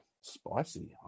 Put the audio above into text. Spicy